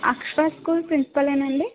Akshara school principal ఏనాండీ